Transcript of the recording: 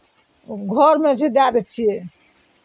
घरमे सजा दै छियै